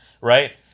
Right